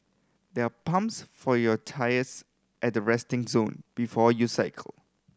there are pumps for your tyres at the resting zone before you cycle